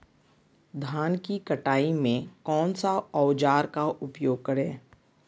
धान की कटाई में कौन सा औजार का उपयोग करे?